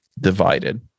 divided